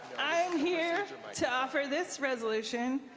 i'm here to offer this resolution,